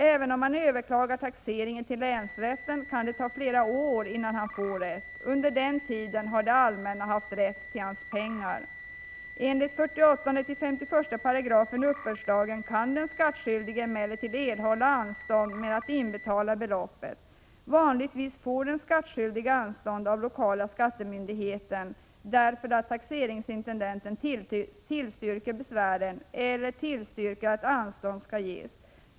Även om han överklagar taxeringen till länsrätten kan det ta flera år innan han får rätt. Under tiden har det allmänna haft rätten till hans pengar. Enligt 48-51 §§ uppbördslagen kan den skattskyldige emellertid erhålla anstånd med att inbetala beloppet. Vanligtvis får den skattskyldige anstånd av lokala skattemyndigheten, därför att taxeringsintendenten tillstyrker besvären eller tillstyrker att anstånd skall ges.